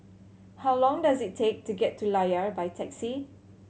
how long does it take to get to Layar by taxi